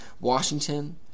Washington